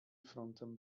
frontem